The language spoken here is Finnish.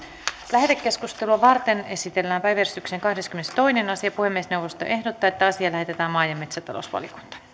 lähetekeskustelua varten esitellään päiväjärjestyksen kahdeskymmenestoinen asia puhemiesneuvosto ehdottaa että asia lähetetään maa ja metsätalousvaliokuntaan